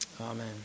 Amen